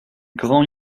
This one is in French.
grand